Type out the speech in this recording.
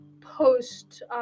post